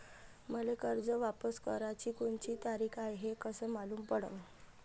मले कर्ज वापस कराची कोनची तारीख हाय हे कस मालूम पडनं?